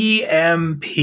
EMP